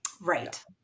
Right